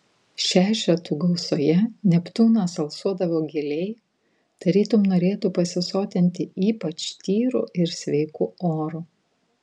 šešetų gausoje neptūnas alsuodavo giliai tarytum norėtų pasisotinti ypač tyru ir sveiku oru